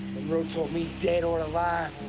monroe told me dead or alive,